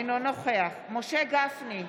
אינו נוכח משה גפני,